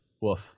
woof